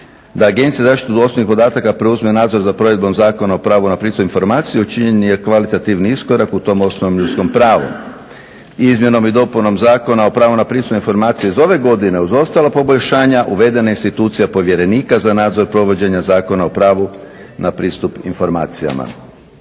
da Agencija za zaštitu osobnih podataka preuzme nadzor za provedbom Zakona o pravu na pristup informacijama učinjen je kvalitativni iskorak u tom osnovnom ljudskom pravu. Izmjenom i dopunom Zakona o pravu na pristup informacijama iz ove godine uz ostala poboljšanja uvedena je institucija povjerenika za provođenja Zakona o pravu na pristup informacijama.